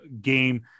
game